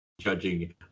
judging